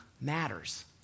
matters